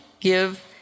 give